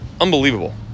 unbelievable